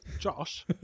Josh